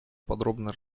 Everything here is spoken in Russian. подробно